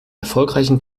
erfolgreichen